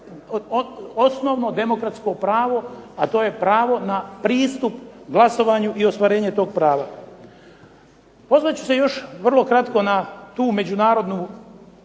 osnovno demokratsko pravo a to je pravo na pristup glasovanju i ostvarenje tog prava. Pozvat ću se još vrlo kratko na tu međunarodnu